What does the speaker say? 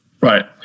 Right